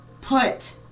put